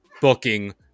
booking